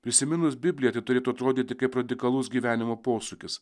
prisiminus bibliją tai turėtų atrodyti kaip radikalus gyvenimo posūkis